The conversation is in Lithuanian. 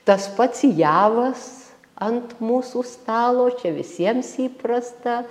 tas pats javas ant mūsų stalo čia visiems įprasta